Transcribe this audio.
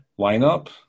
lineup